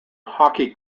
hockey